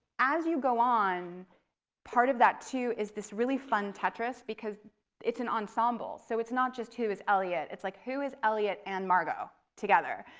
as you go on part of that too is this really fun tetris because it's an ensemble. so it's not just who is elliot, it's like who is elliot and margot together?